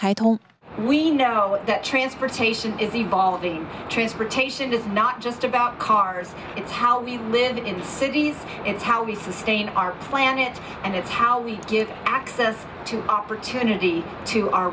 whole we know that transportation is evolving transportation is not just about cars it's how we live in cities it's how we sustain our planet and it's how we get access to opportunity to our